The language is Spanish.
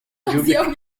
lluvia